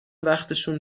وقتشون